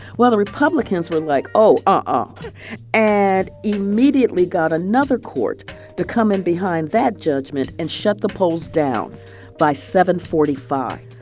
well, the republicans were like, oh, uh-uh ah and immediately got another court to come in behind that judgment and shut the polls down by seven forty five.